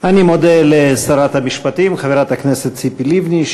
אני מודה לשרת המשפטים חברת הכנסת ציפי לבני,